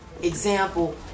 Example